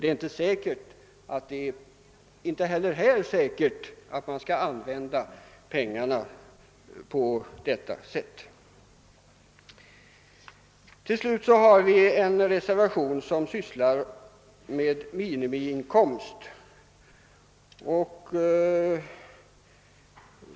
Det är inte heller här säkert att man använder pengarna på rätt sätt. Till sist finns det i samma utlåtande nr 41 en reservation som upptar ett förslag om garanterad minimiinkomst.